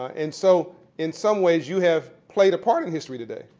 and so in some ways you have played a part in history today.